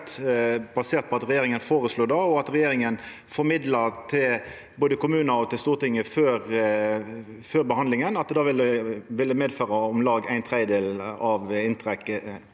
basert på at regjeringa føreslo det, og at regjeringa formidla til både kommunar og Stortinget før behandlinga at det ville medføra om lag ein tredjedel av trekket.